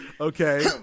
okay